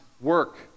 work